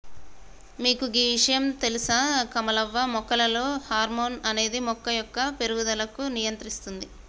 మీకు గీ ఇషయాం తెలుస కమలవ్వ మొక్కలలో హార్మోన్ అనేది మొక్క యొక్క పేరుగుదలకు నియంత్రిస్తుంది